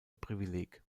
privileg